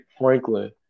Franklin